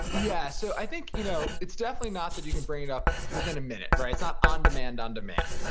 yeah, so i think you know it's definitely not that you can bring it up within a minute, right? it's not on demand, on demand.